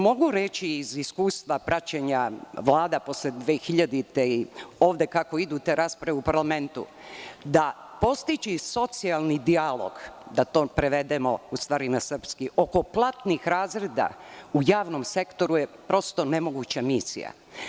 Mogu reći, iz iskustva praćenja vlada posle 2000. godine i ovde kako idu te rasprave u parlamentu, da postići socijalni dijalog, da to prevedemo na srpski, oko platnih razreda u javnom sektoru je prosto nemoguća misija.